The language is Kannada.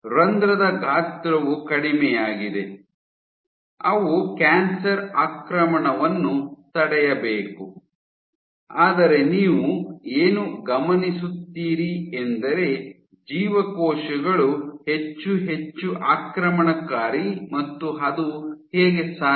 ರಂಧ್ರದ ಗಾತ್ರವು ಕಡಿಮೆಯಾಗಿದೆ ಅವು ಕ್ಯಾನ್ಸರ್ ಆಕ್ರಮಣವನ್ನು ತಡೆಯಬೇಕು ಆದರೆ ನೀವು ಏನು ಗಮನಿಸುತ್ತೀರಿ ಎಂದರೆ ಜೀವಕೋಶಗಳು ಹೆಚ್ಚು ಹೆಚ್ಚು ಆಕ್ರಮಣಕಾರಿ ಮತ್ತು ಅದು ಹೇಗೆ ಸಾಧ್ಯ